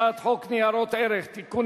הצעת חוק ניירות ערך (תיקון,